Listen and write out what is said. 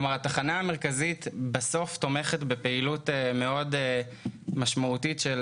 התחנה המרכזית תומכת בפעילות משמעותית מאוד של